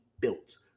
built